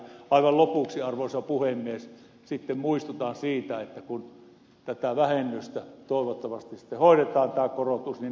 aivan lopuksi arvoisa puhemies muistutan siitä että tämä vähennys toivottavasti sitten hoidetaan tämä korotus kompensoidaan myös kunnille